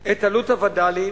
את עלות הווד"לים,